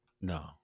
No